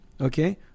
okay